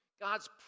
God's